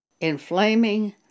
inflaming